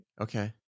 Okay